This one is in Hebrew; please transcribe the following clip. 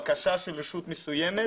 בקשה של רשות מסוימת